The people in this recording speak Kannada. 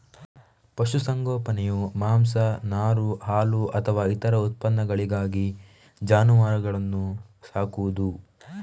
ಪಶು ಸಂಗೋಪನೆಯು ಮಾಂಸ, ನಾರು, ಹಾಲು ಅಥವಾ ಇತರ ಉತ್ಪನ್ನಗಳಿಗಾಗಿ ಜಾನುವಾರುಗಳನ್ನ ಸಾಕುದು